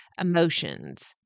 emotions